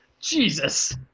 Jesus